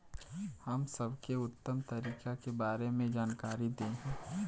हम सबके उत्तम तरीका के बारे में जानकारी देही?